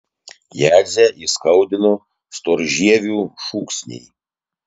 jadzę įskaudino storžievių šūksniai